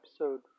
Episode